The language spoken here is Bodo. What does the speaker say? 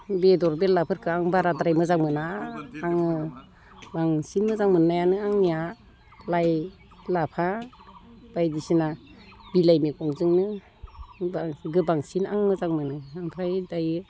बेदर बेलाफोरखो आं बाराद्राय मोजां मोना आङो बांसिन मोजां मोननायानो आंनिया लाइ लाफा बायदिसिना बिलाइ मैगंजोंनो गोबांसिन आं मोजां मोनो ओमफ्राय दायो